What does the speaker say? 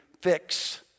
fix